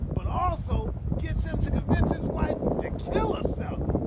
but also gets him to convince his wife to kill herself.